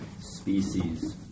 Species